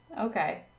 Okay